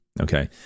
okay